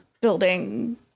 building